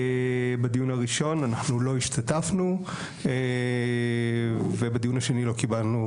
בדיון הראשון אנחנו לא השתתפנו ובדיון השני לא קיבלנו